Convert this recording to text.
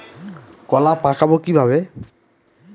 কলা পাকাবো কিভাবে?